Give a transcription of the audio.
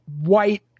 white